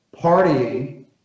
partying